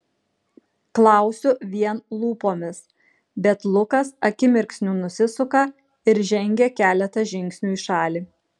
klausiu vien lūpomis bet lukas akimirksniu nusisuka ir žengia keletą žingsnių į šalį